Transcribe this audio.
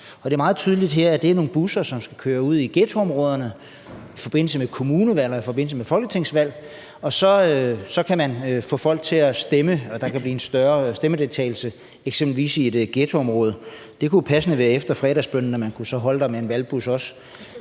det er meget tydeligt, at det er nogle busser, som skal køre ud i ghettoområderne i forbindelse med kommunalvalg og folketingsvalg, og så kan man få folk til at stemme, og der kan blive en større valgdeltagelse eksempelvis i et ghettoområde. Det kunne jo passende være efter fredagsbønnen, at man så kunne holde der med en valgbus.